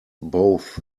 both